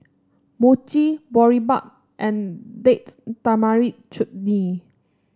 Mochi Boribap and Date Tamarind Chutney